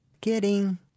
Kidding